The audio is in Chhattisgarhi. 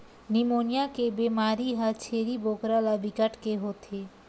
निमोनिया के बेमारी ह छेरी बोकरा ल बिकट के होथे